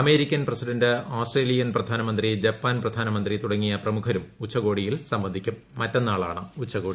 American president Australian പ്രധാനമന്ത്രി Japan ്ര പ്രധാനമന്ത്രി തുടങ്ങിയ പ്രമുഖരും ഉച്ചകോടിയിൽ സംബന്ധിക്കും മറ്റന്നാളാണ് ഉച്ചകോടി